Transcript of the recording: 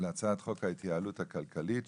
להצעת חוק ההתייעלות הכלכלית,